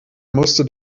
musste